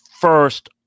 first